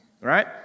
right